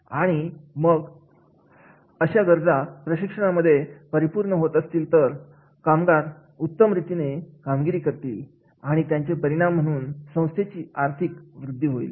आणि मग कशाला गाजर प्रशिक्षण कार्यक्रमांमध्ये परिपूर्ण होत असतील तर कामगार उत्तम रीतीने कामगिरी करतील आणि त्याचे परिणाम म्हणून संस्थेची आर्थिक वृद्धी होईल